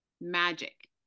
magic